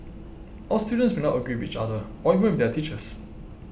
our students may not agree with each other or even with their teachers